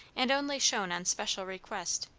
and only shown on special request.